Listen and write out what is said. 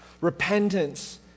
Repentance